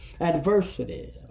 adversity